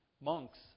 monks